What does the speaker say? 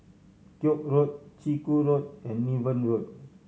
Koek Road Chiku Road and Niven Road